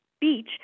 Beach